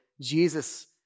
Jesus